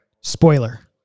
Spoiler